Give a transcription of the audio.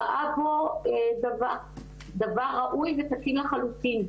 ראה פה דבר ראוי ותקין לחלוטין.